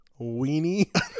weenie